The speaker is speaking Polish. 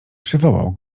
przywołał